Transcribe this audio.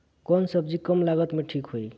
कौन सबजी कम लागत मे ठिक होई?